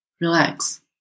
relax